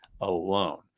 alone